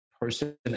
person